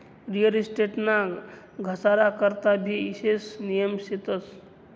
real estate ना घसारा करता भी ईशेष नियम शेतस